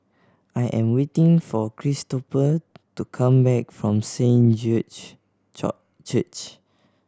I am waiting for Christoper to come back from Saint George Church